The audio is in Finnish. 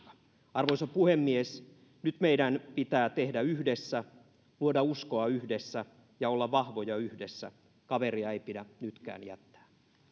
arvoisa puhemies nyt meidän pitää tehdä yhdessä luoda uskoa yhdessä ja olla vahvoja yhdessä kaveria ei pidä nytkään jättää